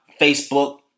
Facebook